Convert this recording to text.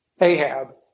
Ahab